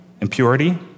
impurity